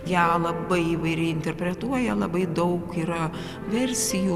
ją labai įvairiai interpretuoja labai daug yra versijų